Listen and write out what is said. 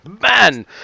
Man